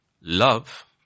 love